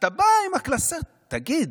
אתה בא עם הקלסר, תגיד,